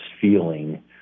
feeling